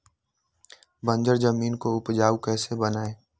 बंजर जमीन को उपजाऊ कैसे बनाय?